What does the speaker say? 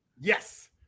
Yes